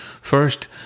First